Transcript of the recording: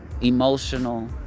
emotional